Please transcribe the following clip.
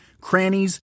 crannies